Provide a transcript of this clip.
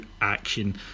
action